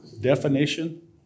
definition